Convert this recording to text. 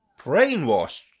brainwashed